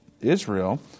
Israel